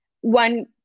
one